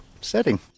setting